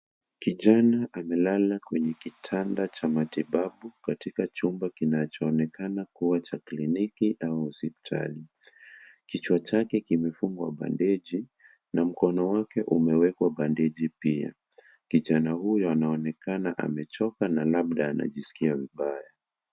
Kijana amelala kwenye kitanda cha matibabu katika chumba kinachoonekana kuwa cha kliniki au hospitali. Kichwa chake kimefungwa bandeji na mkono wake umewekwa bandeji pia. Kijana huyo anaonekana amechoka na labda anajisikia vibaya.